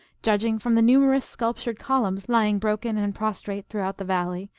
judging from the numerous sculptured columns lying broken and prostrate throughout the valley,